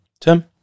Tim